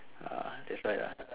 ah that's why